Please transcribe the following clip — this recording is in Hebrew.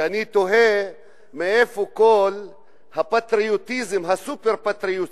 ואני תוהה מאיפה כל הפטריוטיזם, הסופר-פטריוטיזם,